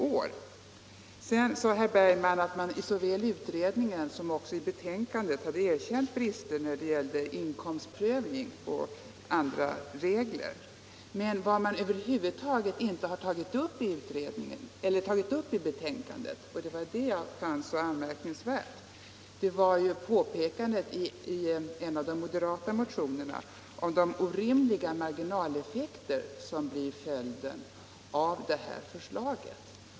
Vidare sade herr Bergman att man i såväl utredningen som betänkandet hade erkänt brister när det gällde inkomstprövning och andra regler. Men man har — det var det jag fann så anmärkningsvärt — i betänkandet över huvud taget inte tagit upp påpekandet i en av de moderata motionerna om de orimliga marginaleffekter som blir följden av det här förslaget.